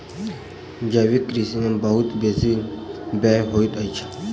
जैविक कृषि में बहुत बेसी व्यय होइत अछि